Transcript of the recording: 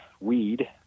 weed